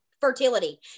Fertility